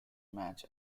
match